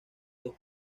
dos